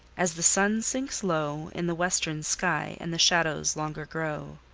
as the sun sinks low in the western sky, and the shadows longer grow,